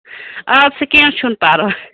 اَدٕ سا کیٚنٛہہ چھُنہٕ پَرواے